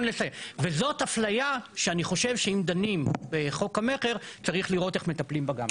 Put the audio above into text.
וזאת אפליה שאני חושב שאם דנים בחוק המכר צריך לראות איך מטפלים בה גם.